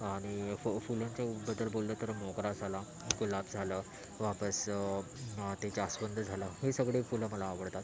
आणि ह फुलांच्याबद्दल बोललं तर मोगरा झाला गुलाब झालं वापस ते जास्वंद झालं हे सगळे फुलं मला आवडतात